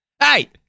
hey